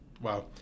Wow